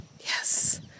Yes